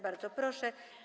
Bardzo proszę.